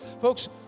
Folks